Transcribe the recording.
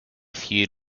feud